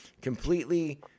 completely